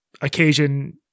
occasion